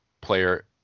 player